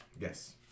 Yes